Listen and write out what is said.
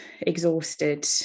exhausted